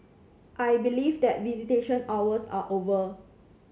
I believe that visitation hours are over